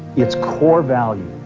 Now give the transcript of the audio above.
its core value